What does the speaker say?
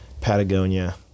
Patagonia